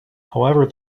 however